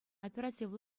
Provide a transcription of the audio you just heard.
оперативлӑ